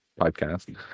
podcast